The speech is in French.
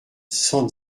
cent